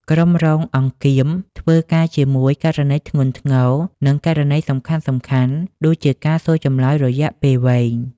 ក្រុមរងអង្គៀម ធ្វើការជាមួយ ករណីធ្ងន់ធ្ងរ និងករណីសំខាន់ៗ ដូចជាការសួរចម្លើយរយៈពេលវែង។